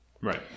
Right